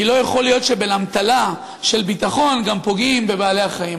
כי לא יכול להיות שבאמתלה של ביטחון גם פוגעים בבעלי-החיים.